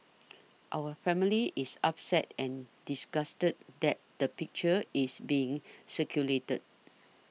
our family is upset and disgusted that the picture is being circulated